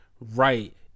right